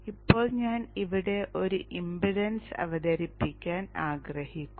ഇപ്പോൾ ഞാൻ ഇവിടെ ഒരു ഇംപെഡൻസ് അവതരിപ്പിക്കാൻ ആഗ്രഹിക്കുന്നു